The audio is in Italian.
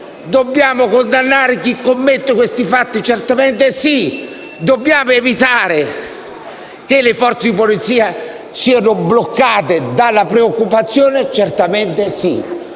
Dobbiamo condannare chi commette questi fatti? Certamente sì. Dobbiamo evitare che le forze di polizia siano bloccate dalla preoccupazione? Certamente sì.